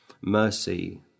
mercy